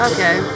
Okay